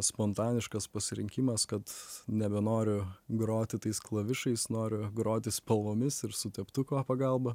spontaniškas pasirinkimas kad nebenoriu groti tais klavišais noriu groti spalvomis ir su teptuko pagalba